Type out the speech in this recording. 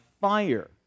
fire